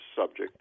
subject